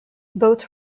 both